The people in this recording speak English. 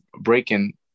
breaking